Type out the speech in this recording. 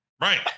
Right